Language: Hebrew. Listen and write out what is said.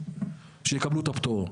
שיקבלו את הפטור.